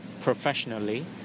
professionally